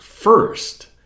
first